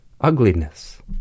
ugliness